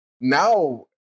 now